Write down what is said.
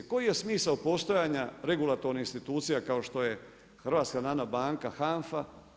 Koji je smisao postojanja regulatornih institucija kao što je HNB, HANFA?